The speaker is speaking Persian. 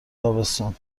تابستون